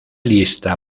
lista